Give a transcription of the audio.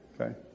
Okay